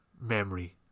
memory